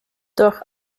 durch